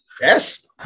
yes